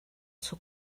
seu